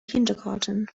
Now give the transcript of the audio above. kindergarten